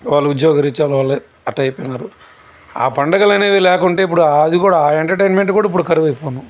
వాళ్ళ ఉద్యోగరీత్య వాళ్ళే అట్టా వెలిపోయన్నారు ఆ పండగ అనేది కూడా లేకుంటే ఇప్పుడు అది కూడా ఆ ఎంటర్టైన్మెంట్ కూడా ఇప్పుడు కరువై పోను